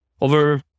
over